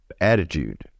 attitude